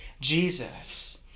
Jesus